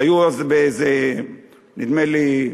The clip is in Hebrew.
היו אז, נדמה לי,